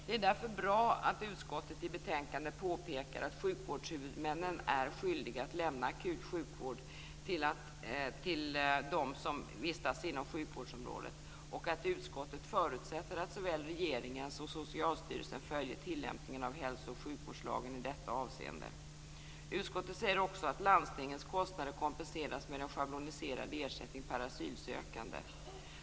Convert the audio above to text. Det är därför bra att utskottet i betänkandet påpekar att sjukvårdshuvudmännen är skyldiga att lämna akut sjukvård till dem som vistas inom sjukvårdsområdet och att utskottet förutsätter att såväl regeringen som Socialstyrelsen följer tillämpningen av hälso och sjukvårdslagen i detta avseende. Utskottet säger också att landstingens kostnader kompenseras med en schabloniserad ersättning per asylsökande.